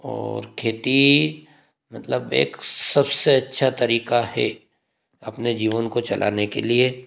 और खेती मतलब एक सबसे अच्छा तरीका है अपने जीवन को चलाने के लिए